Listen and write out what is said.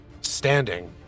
Standing